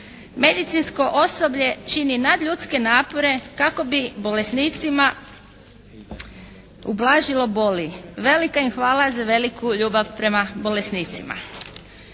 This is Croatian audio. Medicinsko osoblje čini nadljudske napore kako bi bolesnicima ublažilo boli. Velika im hvala za veliku ljubav prema bolesnicima.»